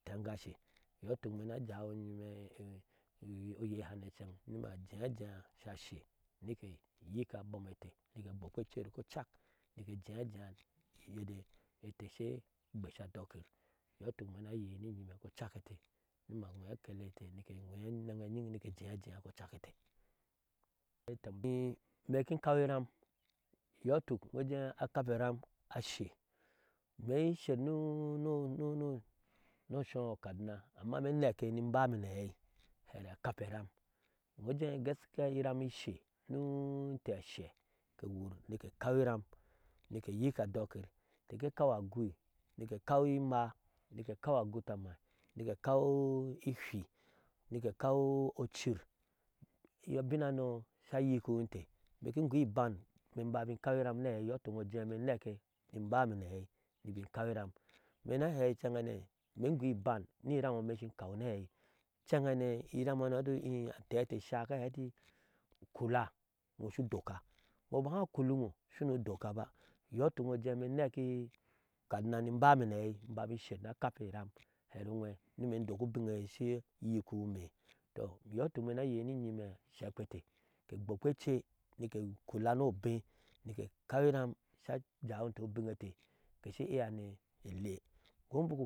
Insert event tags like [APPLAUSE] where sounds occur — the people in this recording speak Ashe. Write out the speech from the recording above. E iteŋgashe iyɔɔ ituk ime ni jawijim oyahane incen ni ma jea ajea sha she in ke nyik abom e inte ni agbokpe ece kocak ke ejea ajea uyir e inte she gbesha andokyir, iyɔɔ ituk imee ni ayei ni nyimme kocak inte ni ma eŋwee akele e inte ni ma engwee akele e inte nike nwee enɛŋ enyiŋ nike ejea ajea kocak inte [UNINTELLIGIBLE] ime kin inkaw iram iyɔɔ ituk, iŋo ujɛɛ’ akape eram ashee imee ni sher ni oshɔɔ okaduma maa imee in neke ni im bame ni aei hera akape eram inoo ujɛɛ gaskiya iram ishee ni inte nashɛ ke wur nike kaw ekaw imaa nike ekaw agutamki ni ke kaw ihwi nike kaw ocir binhano sha nyikiwinte imee ki in goo iban ime bin kaw iram ni aei iyɔ itɔk imee in nɛkɛ ni inbame ni aɛi ni ba in kaw iram ime ni ahɛi incɛdhane in goo iban ni irannwe ei iramhanio eti ii antɛɛ etsha ka hɛɛ eti ukula shu doka, ino bik haa ukuliŋo shuno udoka ba, iyɔɔituk iŋo ujɛɛ imee ni nake ukaduna ni in bame ni aɛi in ba in sher ni akape eram here oŋwɛɛ ni imee in dok ubiŋe ye shu iunyikihe imec, tɔ iyɔɔ ituk gbokpe ece nike ekula ni obee nike ekaw iram sha jawinte ubiŋŋe inte she iya ni ele ko biku.